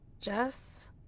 Jess